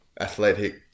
Athletic